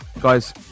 Guys